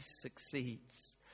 succeeds